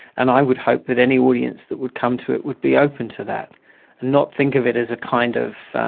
and i would hope that any audience that would come to it would be open to that, and not think of it as a kind of